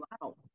Wow